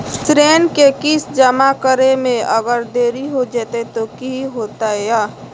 ऋण के किस्त जमा करे में अगर देरी हो जैतै तो कि होतैय?